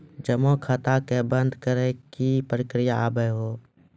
जमा खाता के बंद करे के की प्रक्रिया हाव हाय?